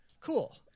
Cool